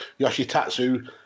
Yoshitatsu